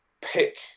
pick